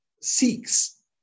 seeks